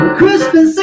Christmas